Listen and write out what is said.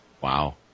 Wow